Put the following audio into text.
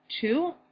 two